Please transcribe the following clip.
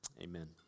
amen